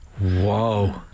Whoa